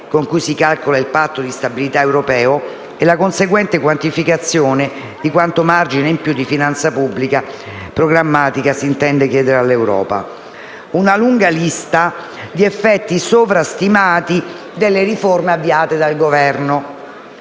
con cui si calcola il Patto di stabilità europeo e la conseguente quantificazione di quanto margine in più di finanza pubblica programmatica si intende chiedere all'Unione europea. Emergono, infine, una lunga lista di effetti sovrastimati delle riforme avviate dal Governo